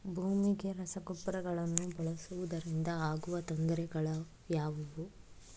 ಭೂಮಿಗೆ ರಸಗೊಬ್ಬರಗಳನ್ನು ಬಳಸುವುದರಿಂದ ಆಗುವ ತೊಂದರೆಗಳು ಯಾವುವು?